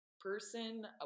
person